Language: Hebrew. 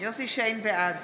בעד